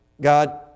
God